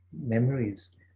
memories